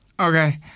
Okay